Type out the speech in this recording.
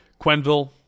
Quenville